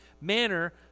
manner